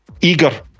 eager